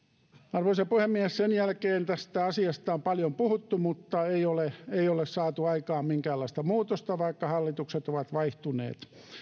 arvoisa puhemies sen jälkeen tästä asiasta on paljon puhuttu mutta ei ole ei ole saatu aikaan minkäänlaista muutosta vaikka hallitukset ovat vaihtuneet